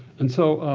and so,